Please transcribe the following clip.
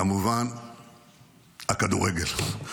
כמובן הכדורגל.